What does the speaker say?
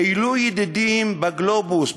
אילו ידידים בגלובוס,